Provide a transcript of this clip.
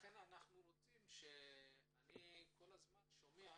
אני כל הזמן שומע